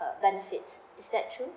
uh benefits is that true